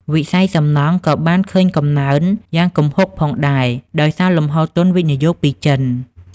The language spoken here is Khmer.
វិស័យសំណង់ក៏បានឃើញកំណើនយ៉ាងគំហុកផងដែរ ដោយសារលំហូរទុនវិនិយោគពីចិន។